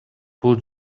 бул